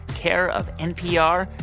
care of npr,